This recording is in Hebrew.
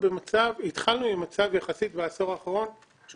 התחלנו עם מצב יחסית בעשור האחרון שהוא